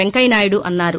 వింకయ్యనాయుడు అన్నారు